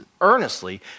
earnestly